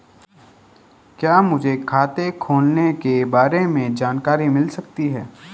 क्या मुझे खाते खोलने के बारे में जानकारी मिल सकती है?